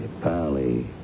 Pally